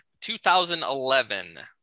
2011